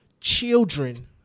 children